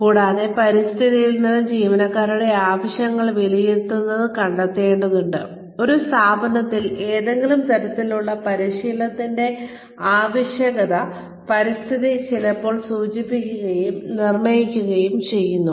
കൂടാതെ പരിസ്ഥിതിയിൽ നിന്ന് ജീവനക്കാരുടെ ആവശ്യങ്ങൾ വിലയിരുത്തുന്നത് കണ്ടെത്തേണ്ടതുണ്ട് ഒരു സ്ഥാപനത്തിൽ ഏതെങ്കിലും തരത്തിലുള്ള പരിശീലനത്തിന്റെ ആവശ്യകത പരിസ്ഥിതിചിലപ്പോൾ സൂചിപ്പിക്കുകയും നിർണയിക്കുകയും ചെയ്യുന്നു